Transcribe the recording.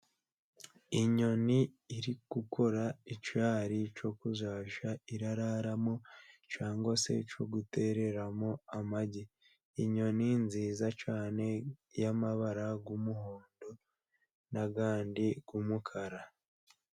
Inyoni iri gukora icyari cyo kuzajya iraramo cyangwa se cyo gu gutereramo amagi, inyoni nziza cyane y'amabara y'umuhondo n'andi y'umukara.